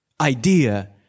idea